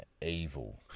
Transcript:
evil